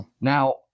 Now